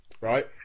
right